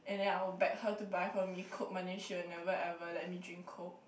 and then I will beg her to buy for me coke but then she will never ever let me drink coke